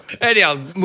Anyhow